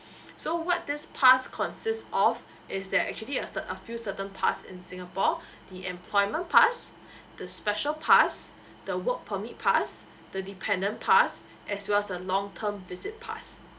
so what this pass consist of is there actually a cer~ a few certain pass in singapore the employment pass the special pass the work permit pass the dependent pass as well as a long term visit pass